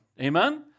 amen